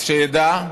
אז שידע,